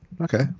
Okay